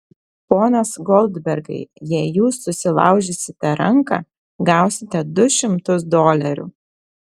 ponas goldbergai jei jūs susilaužysite ranką gausite du šimtus dolerių